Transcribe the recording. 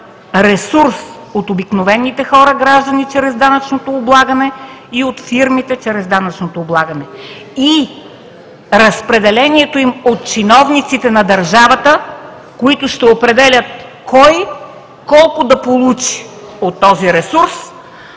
ресурс от обикновените хора, гражданите и от фирмите чрез данъчното облагане, и разпределението му от чиновниците на държавата, които ще определят кой колко да получи от този ресурс.